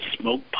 Smoke